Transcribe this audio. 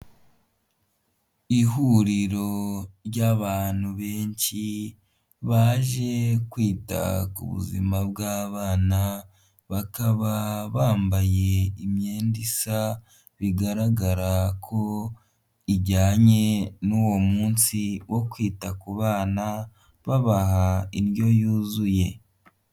Ihuriro ry'abantu benshi baje kwita ku buzima bw'abana bakaba bambaye imyenda isa bigaragara ko ijyanye n'uwo munsi wo kwita ku bana babaha indyo yuzuye.